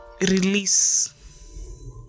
release